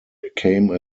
became